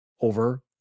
over